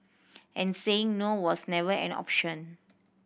and saying no was never an option